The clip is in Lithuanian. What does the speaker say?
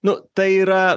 nu tai yra